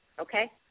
Okay